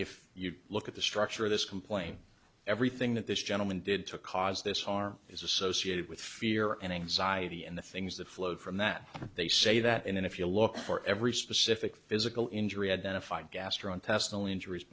if you look at the structure of this complaint everything that this gentleman did to cause this harm is associated with fear and anxiety and the things that flowed from that they say that in and if you look for every specific physical injury identified gastrointestinal injuries